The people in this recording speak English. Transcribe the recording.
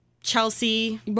Chelsea